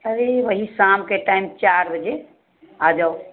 अरे वही शाम के टाइम चार बजे आ जाओ